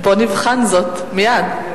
בוא נבחן זאת מייד.